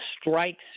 strikes